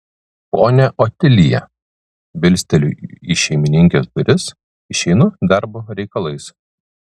ponia otilija bilsteliu į šeimininkės duris išeinu darbo reikalais